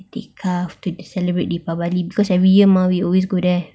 tekka to celebrate deepavali cause every year mah we always go there